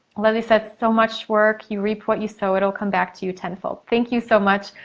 olivia said so much work. you reap what you sow. it'll come back to you tenfold. thank you so much.